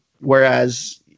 whereas